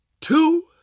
two